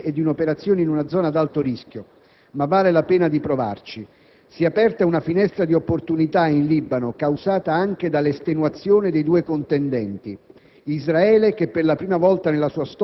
Come vedete, si tratta di un compito difficile e in una zona di operazioni ad alto rischio, ma vale la pena provarci. Si è aperta una finestra di opportunità in Libano, causata anche dall'estenuazione dei due contendenti.